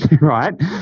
right